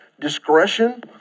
discretion